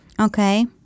Okay